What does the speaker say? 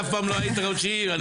אף פעם לא היית ראש עיר מאיפה אתה בא?